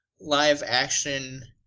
live-action